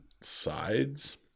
sides